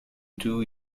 two